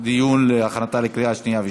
לא הספקתי.